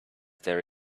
there